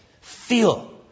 Feel